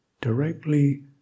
directly